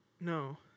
No